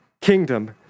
kingdom